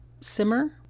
simmer